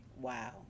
Wow